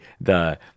the-